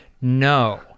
no